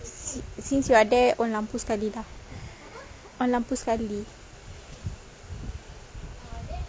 since yo are there on lampu sekali lah on lampu sekali